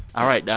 all right. yeah